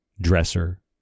dresser